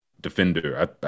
defender